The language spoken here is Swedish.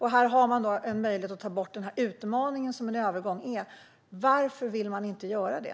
Här har man en möjlighet att ta bort den utmaning som en övergång är. Varför vill man inte göra det?